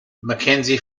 mackenzie